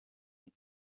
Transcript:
eat